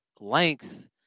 length